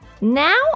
Now